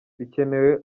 bikenewe